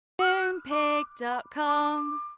Moonpig.com